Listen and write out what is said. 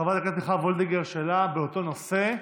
חברת הכנסת מיכל וולדיגר, שאלה באותו נושא.